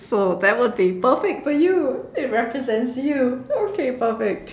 so that would be perfect for you it represents you okay perfect